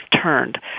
turned